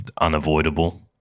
unavoidable